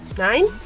nine.